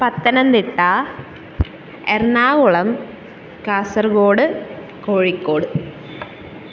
Pathanamthitta Ernakulam Kasaragod Kozhikode